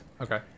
okay